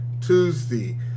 Tuesday